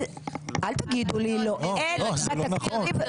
ואל תגידו לי לא, אין בתקציב הזה.